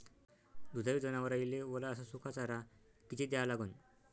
दुधाळू जनावराइले वला अस सुका चारा किती द्या लागन?